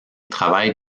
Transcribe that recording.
travaille